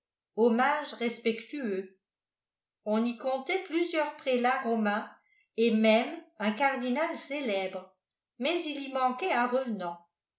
hommage respectueux on y comptait plusieurs prélats romains et même un cardinal célèbre mais il y manquait un